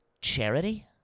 Charity